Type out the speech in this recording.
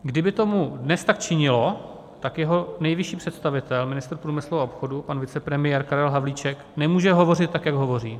Kdyby to dnes tak činilo, tak jeho nejvyšší představitel, ministr průmyslu a obchodu, pan vicepremiér Karel Havlíček, nemůže hovořit tak, jak hovoří.